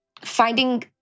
Finding